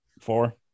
Four